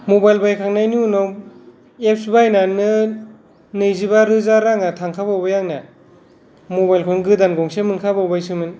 mobile बायखांनायनि उनाव apps बायनानैनो नैजिबा रोजा राङा थांखाबावबाय आंनिया माबाइल खौनो गोदान गंसे मोनखाबावबायसोमोन